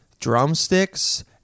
drumsticks